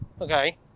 Okay